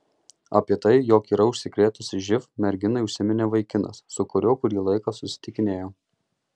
apie tai jog yra užsikrėtusi živ merginai užsiminė vaikinas su kuriuo kurį laiką susitikinėjo